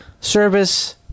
service